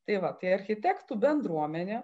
tai va tai architektų bendruomenė